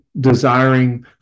desiring